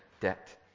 debt